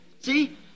See